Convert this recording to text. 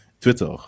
Twitter